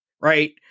right